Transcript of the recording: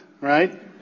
right